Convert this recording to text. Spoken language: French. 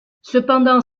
cependant